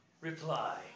reply